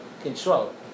control